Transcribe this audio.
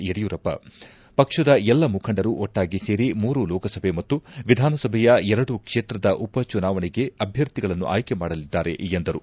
ಯಡಿಯೂರಪ್ಪ ಪಕ್ಷದ ಎಲ್ಲ ಮುಂಖಂಡರು ಒಟ್ಟಾಗಿ ಸೇರಿ ಮೂರು ಲೋಕಸಭೆ ಮತ್ತು ವಿಧಾನಸಭೆಯ ಎರಡು ಕ್ಷೇತ್ರದ ಉಪ ಚುನಾವಣೆಗೆ ಅಭ್ಯರ್ಥಿಗಳನ್ನು ಆಯ್ಕೆ ಮಾಡಲಿದ್ದಾರೆ ಎಂದರು